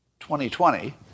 2020